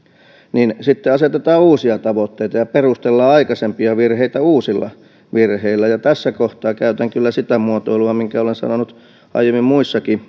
niin sitten asetetaan uusia tavoitteita ja perustellaan aikaisempia virheitä uusilla virheillä ja tässä kohtaa käytän kyllä sitä muotoilua minkä olen sanonut aiemmin muissakin